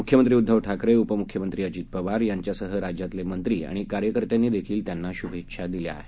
मुख्यमंत्री उद्घव ठाकरे उपमुख्यमंत्री अजित पवार यांच्यासह राज्यातले मंत्री आणि कार्यकर्त्यांनी देखील त्यांना शुभेच्छा दिल्या आहेत